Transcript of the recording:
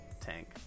tank